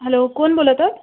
hello कोण बोलतं